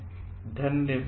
Thank you धन्यवाद